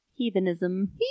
Heathenism